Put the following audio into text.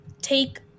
take